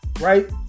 Right